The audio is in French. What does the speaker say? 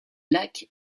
lac